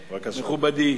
מכובדי,